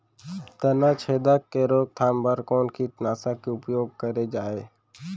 तनाछेदक के रोकथाम बर कोन कीटनाशक के उपयोग करे जाये?